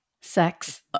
Sex